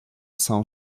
sens